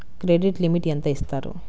Credit limit ఎంత ఇస్తారు?